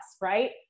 right